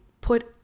put